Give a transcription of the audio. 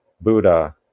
Buddha